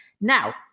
Now